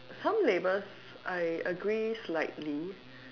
some labels I agrees slightly